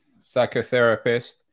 psychotherapist